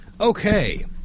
Okay